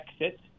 exit